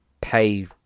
pay